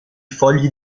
fogli